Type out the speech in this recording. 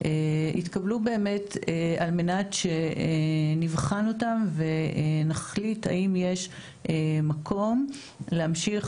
התקבלו באמת על מנת שנבחן אותם ונחליט האם יש מקום להמשיך